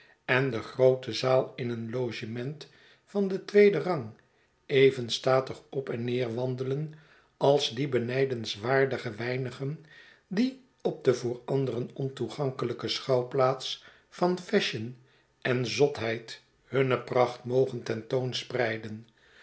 en de groote zaal in een logement van den tweeden rang even statig op en neer wandelen als die benij dens waardige weinigen die op de voor anderen ontoegankelijke schouwplaats van fashion en zotheid hunne pracht mogen